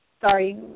Sorry